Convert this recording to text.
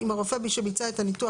אם הרופא שביצע את הניתוח,